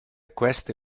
queste